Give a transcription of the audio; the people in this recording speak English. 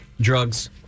Drugs